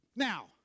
Now